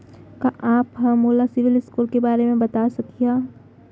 का आप हा मोला सिविल स्कोर के बारे मा बता सकिहा?